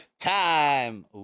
Time